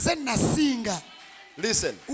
Listen